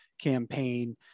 campaign